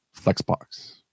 Flexbox